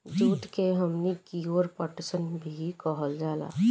जुट के हमनी कियोर पटसन भी कहल जाला